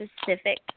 specific